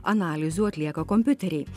analizių atlieka kompiuteriai